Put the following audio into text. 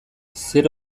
zer